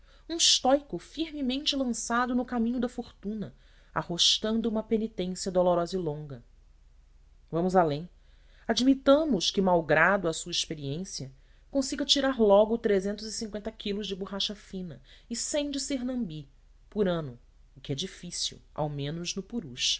um estóico firmemente lançado no caminho da fortuna arrostando uma penitência dolorosa e longa vamos além admitamos que malgrado a sua inexperiência consiga tirar logo quilos de borracha fina e de sernambi por ano o que é difícil ao menos no purus